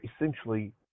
essentially